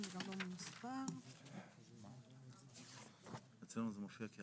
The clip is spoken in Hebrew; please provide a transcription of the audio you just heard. גם פה, ההבדל מהנוסחה הקודמת הוא אותו